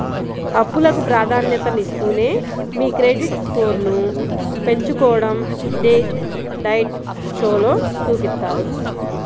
అప్పులకు ప్రాధాన్యతనిస్తూనే మీ క్రెడిట్ స్కోర్ను పెంచుకోడం డెట్ డైట్ షోలో చూపిత్తారు